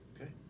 okay